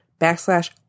backslash